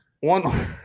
One